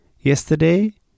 yesterday